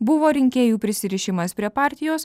buvo rinkėjų prisirišimas prie partijos